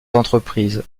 entreprises